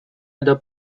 other